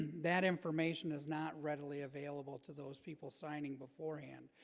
that information is not readily available to those people signing beforehand